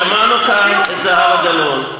שמענו כאן את זהבה גלאון.